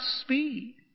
speed